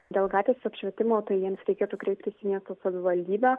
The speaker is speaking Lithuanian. dėl gatvės apšvietimo tai jiems reikėtų kreiptis į miesto savivaldybę